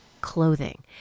clothing